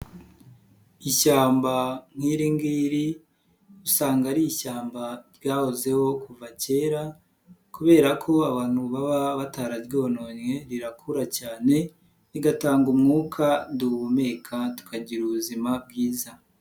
Ishyamba nk'iri ngiri usanga ari ishyamba ryahozeho kuva kera kubera ko abantu baba batararyononnye rirakura cyane, rigatanga umwuka duhumeka tukagira ubuzima bwiza.